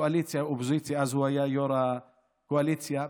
אופוזיציה וקואליציה,